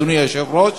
אדוני היושב-ראש,